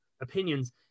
opinions